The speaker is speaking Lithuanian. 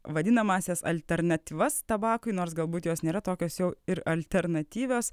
vadinamąsias alternatyvas tabakui nors galbūt jos nėra tokios jau ir alternatyvios